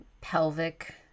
pelvic